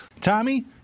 Tommy